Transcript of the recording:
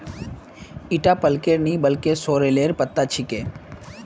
ईटा पलकेर नइ बल्कि सॉरेलेर पत्ता छिके